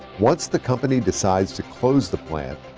once the company decides to close the plant,